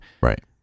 Right